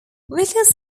vickers